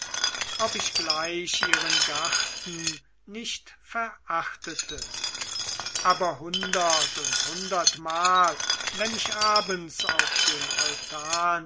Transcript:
ob ich gleich ihren garten nicht verachtete aber hundert und hundertmal wenn ich abends auf dem altan